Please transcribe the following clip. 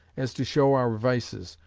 as to show our vices,